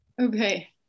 Okay